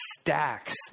stacks